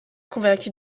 convaincu